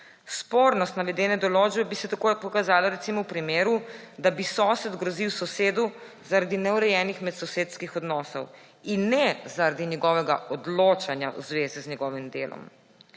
Spornost navedene določbe bi se takoj pokazala recimo v primeru, da bi sosed grozil sosedu zaradi neurejenih medsosedskih odnosov in ne zaradi njegovega odločanja v zvezi z njegovim delom.